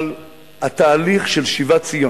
אבל התהליך של שיבת ציון,